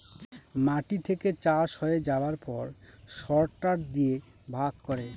মাটি থেকে চাষ হয়ে যাবার পর সরটার দিয়ে ভাগ করে